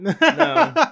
No